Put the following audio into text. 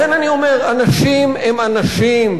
לכן אני אומר, אנשים הם אנשים,